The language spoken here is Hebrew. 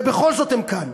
ובכל זאת הם כאן.